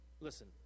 Listen